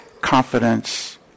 Confidence